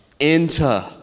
enter